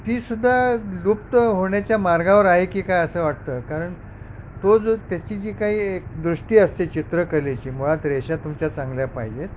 ती सुद्धा लुप्त होण्याच्या मार्गावर आहे की काय असं वाटतं कारण तो जो त्याची जी काही दृष्टी असते चित्रकलेची मुळात रेषा तुमच्या चांगल्या पाहिजेत